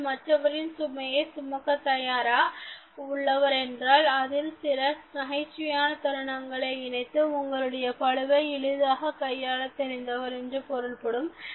நீங்கள் மற்றவரின் சுமையை சுமக்க தயாராக உள்ளவர் என்றால் அதில் சில நகைச்சுவையான தருணங்களை இணைத்து உங்களுடைய பளுவை எளிதாகக் கையாளத் தெரிந்தவர் என்று பொருள்படும்